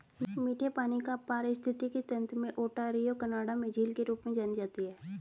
मीठे पानी का पारिस्थितिकी तंत्र में ओंटारियो कनाडा में झील के रूप में जानी जाती है